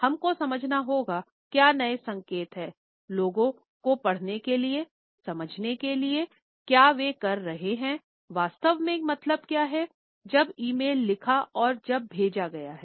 हम को समझना होगा क्या नया संकेत हैं लोगों को पढ़ने के लिए समझने के लिए की क्या वे कर रहे हैं वास्तव में मतलब क्या हैं जब ई मेल लिखा और जब भेजा गया है